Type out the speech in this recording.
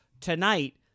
tonight